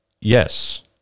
Yes